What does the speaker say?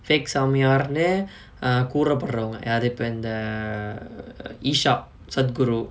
fake சாமியார்ன்னு:saamiyaarnnu err கூறப்படுறவங்க யாரு இப்ப இந்த:koorapaduravanga yaaru ippa intha err isha sadhguru